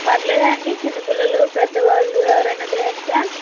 పర్వాలేదా అండి చిన్నపిల్లలు పెద్దవాళ్ళు ఎవరైనా తినవచ్చా